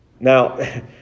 Now